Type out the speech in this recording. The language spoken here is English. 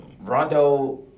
Rondo